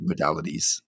modalities